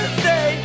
say